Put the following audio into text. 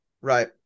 right